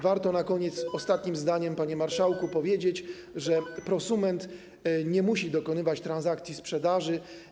Warto na koniec ostatnim zdaniem, panie marszałku, powiedzieć, że prosument nie musi dokonywać transakcji sprzedaży.